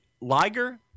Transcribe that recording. Liger